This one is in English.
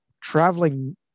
traveling